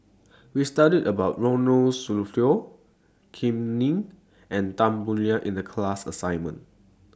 We studied about Ronald Susilo Kam Ning and Tan Boo Liat in The class assignment